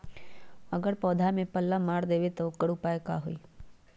अगर पौधा में पल्ला मार देबे त औकर उपाय का होई?